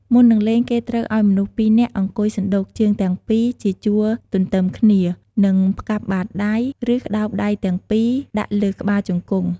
មុននឹងលេង គេត្រូវឲ្យមនុស្ស២នាក់ អង្គុយសណ្តូកជើងទាំងពីរ ជាជួរទន្ទឹមគ្នា និងផ្កាប់បាតដៃ ឬ ក្តោបដៃទាំងពីរ ដាក់លើក្បាលជង្គង់។